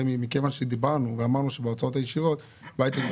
מכיוון שדיברנו ואמרנו שבהוצאות הישירות --- אנחנו